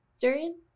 Durian